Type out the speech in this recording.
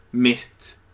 missed